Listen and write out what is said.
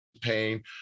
pain